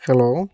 hello